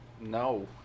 No